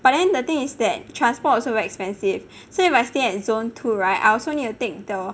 but then the thing is that transport also very expensive so if I stay at zone two [right] I also need to take the